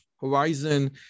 horizon